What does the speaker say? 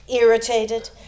irritated